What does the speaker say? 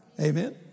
Amen